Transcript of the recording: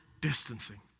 distancing